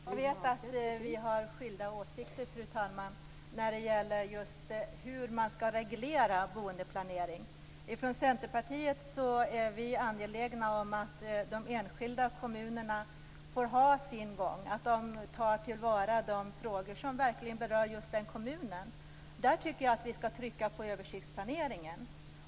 Fru talman! Jag vet att vi har skilda åsikter när det gäller hur man skall reglera boendeplanering. Vi i Centerpartiet är angelägna om att de enskilda kommunerna får ta till vara de frågor som verkligen berör den egna kommunen. Där tycker jag att vi skall trycka på översiktsplaneringen.